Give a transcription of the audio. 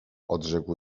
odrzekł